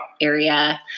area